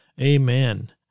Amen